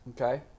Okay